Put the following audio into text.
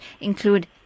include